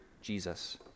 Jesus